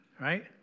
right